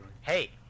Hey